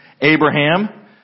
Abraham